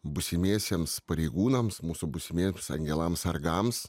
būsimiesiems pareigūnams mūsų būsimiems angelams sargams